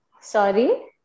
Sorry